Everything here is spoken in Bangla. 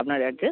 আপনার অ্যাড্রেস